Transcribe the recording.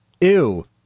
ew